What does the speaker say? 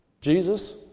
Jesus